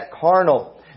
carnal